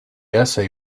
essay